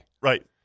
right